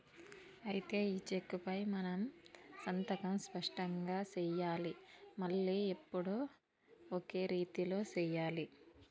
అయితే ఈ చెక్కుపై మనం సంతకం స్పష్టంగా సెయ్యాలి మళ్లీ ఎప్పుడు ఒకే రీతిలో సెయ్యాలి